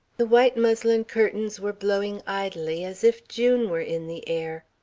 the white muslin curtains were blowing idly as if june were in the air.